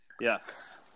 Yes